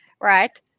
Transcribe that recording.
right